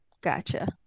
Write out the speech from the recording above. Gotcha